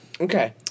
Okay